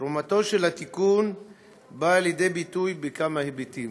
תרומתו של התיקון באה לידי ביטוי בכמה היבטים: